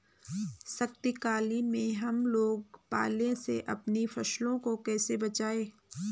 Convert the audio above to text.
शीतकालीन में हम लोग पाले से अपनी फसलों को कैसे बचाएं?